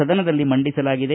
ಸದನದಲ್ಲಿ ಮಂಡಿಸಲಾಗಿದೆ